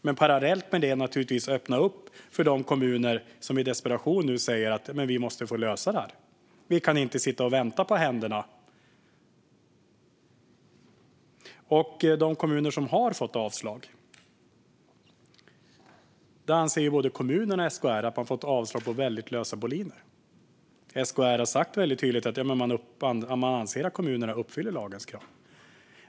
Men parallellt ska man öppna för de kommuner som i desperation säger att problemet måste lösas. De kan inte sitta på händerna och vänta. När det gäller de kommuner som har fått avslag anser både kommunerna och SKR att de har fått avslag på lösa boliner. SKR har tydligt sagt att man anser att kommunerna uppfyller lagens krav.